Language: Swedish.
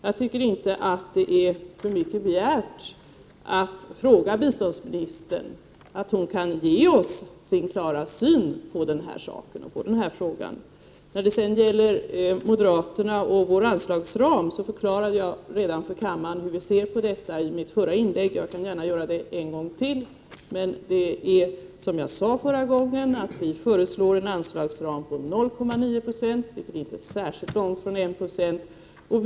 Jag tycker inte att det är för mycket begärt att biståndsministern ger oss sin klara syn på denna fråga. När det sedan gäller moderaternas anslagsram förklarade jag i mitt förra inlägg för kammaren hur vi ser på detta. Jag kan gärna göra det en gång till. Som jag sade förra gången föreslår vi en anslagsram på 0,9 96, vilket inte är särskilt långt från 1 20.